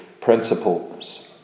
principles